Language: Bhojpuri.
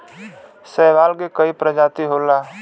शैवाल के कई प्रजाति होला